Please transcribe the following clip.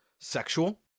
sexual